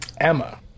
Emma